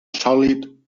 sòlid